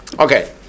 Okay